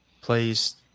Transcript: please